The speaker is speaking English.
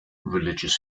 religious